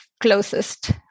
closest